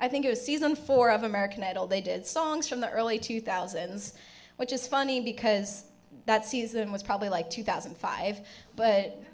i think it was season four of american idol they did songs from the early two thousand which is funny because that season was probably like two thousand and five but